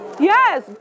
Yes